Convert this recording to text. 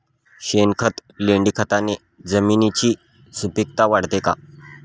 शेणखत, लेंडीखताने जमिनीची सुपिकता वाढते का?